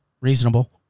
reasonable